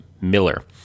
Miller